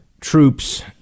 troops